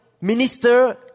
minister